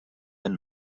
and